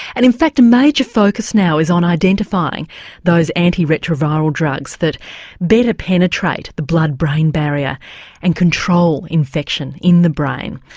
and in fact a major focus now is on identifying those antiretroviral drugs that better penetrate the blood brain barrier and control infection in the brain.